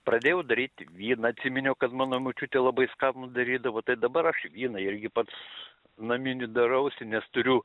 pradėjau daryt vyną atsiminiau kad mano močiutė labai skanų darydavo tai dabar aš vyną irgi pats naminį darausi nes turiu